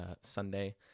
Sunday